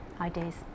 ideas